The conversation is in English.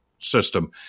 system